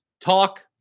talk